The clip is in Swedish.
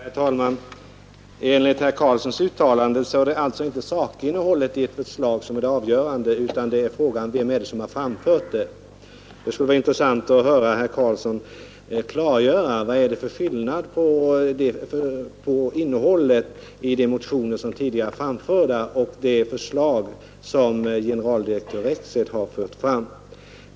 Herr talman! Enligt herr Karlssons i Huskvarna uttalande är det alltså inte sakinnehållet i ett förslag som är avgörande, utan vem som har framfört det. Det skulle vara intressant att höra herr Karlsson klargöra vad det är för skillnad mellan innehållet i de motioner som tidigare har väckts och det förslag som generaldirektör Rexed har fört fram.